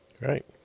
right